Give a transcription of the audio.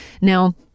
now